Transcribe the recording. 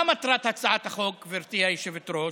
מה מטרת הצעת החוק, גברתי היושבת-ראש?